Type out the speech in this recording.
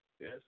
Yes